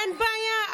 אין בעיה,